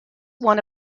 one